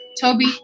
Toby